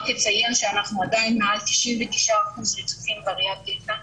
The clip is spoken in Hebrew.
רק לציין שאנחנו עדיין מעל 99% --- וריאנט דלתא